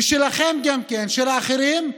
וגם שלכם, של האחרים,